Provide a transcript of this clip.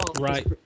Right